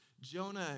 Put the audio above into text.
Jonah